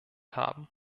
haben